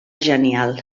genial